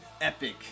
epic